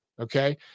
Okay